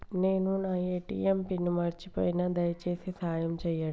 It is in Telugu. నేను నా ఏ.టీ.ఎం పిన్ను మర్చిపోయిన, దయచేసి సాయం చేయండి